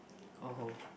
oh